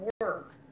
work